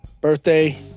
birthday